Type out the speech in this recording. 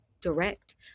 direct